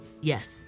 Yes